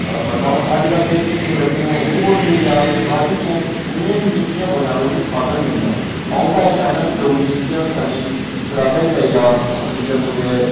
अजकल दे जि'यां निक्के बच्चे न ओह् नेईं बोलदे उ'नें ई सखा करदे निं ऐन उ'नें इ'नें कि'यां बोलना अगर उ'नें ई सखाङन गै निं तां अ'ऊं तां एह् चाह्न्ना कि डोगरी जेह्की ऐ ओह् साढ़ी कताबें च आई जा अपने जम्मू दे